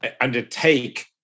undertake